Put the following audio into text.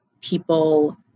people